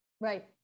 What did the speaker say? Right